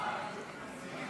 שוסטר וקבוצת חברי